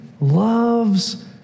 loves